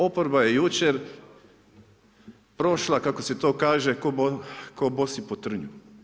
Oporba je jučer prošla, kako se to kaže, ko bosi po trnju.